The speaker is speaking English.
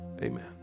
Amen